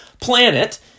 planet